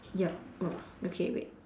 yup !wah! okay wait